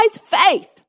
faith